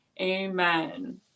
Amen